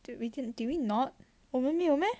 did we di~ did we not 我们没有 meh